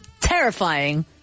terrifying